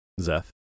Zeth